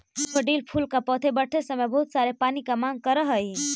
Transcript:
daffodil फूल का पौधा बढ़ते समय बहुत सारे पानी की मांग करअ हई